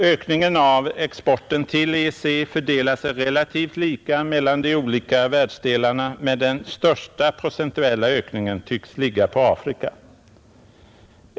Ökningen av exporten till EEC fördelar sig relativt lika mellan de olika världsdelarna, men den största procentuella ökningen tycks ligga på Afrika.